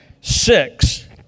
six